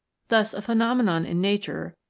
thus a phenomenon in nature,